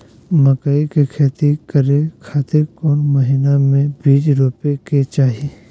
मकई के खेती करें खातिर कौन महीना में बीज रोपे के चाही?